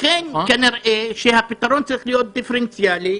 כנראה שהפתרון צריך להיות דיפרנציאלי,